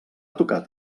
tocat